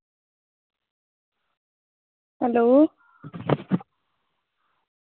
hello